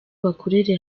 bakorere